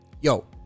yo